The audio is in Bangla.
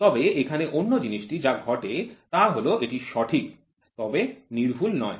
তবে এখানে অন্য জিনিসটি যা ঘটে তা হল এটি সঠিক তবে সূক্ষ্ম নয়